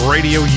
Radio